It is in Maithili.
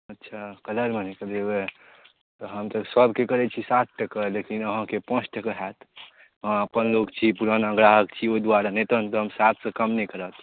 अच्छा कलरमे निकलबेबै तऽ हम तऽ सबके करै छियै सात टका लेकिन अहाँके पाँच टका होएत अहाँ अपन लोक छी पुराना ग्राहक छी ओहि दुआरे नहि तऽ हम सात सँ कम नहि करब